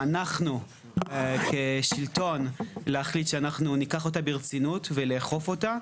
אנחנו כשלטון צריכים להחליט שאנחנו ניקח אותה ברצינות ולאכוף אותה,